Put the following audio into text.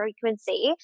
frequency